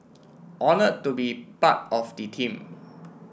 honoured to be part of the team